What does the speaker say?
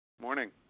Morning